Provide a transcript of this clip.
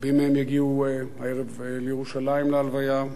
רבים מהם יגיעו הערב לירושלים להלוויה,